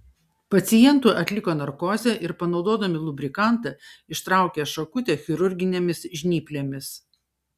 pacientui atliko narkozę ir panaudodami lubrikantą ištraukė šakutę chirurginėmis žnyplėmis